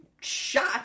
shot